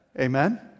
Amen